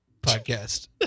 podcast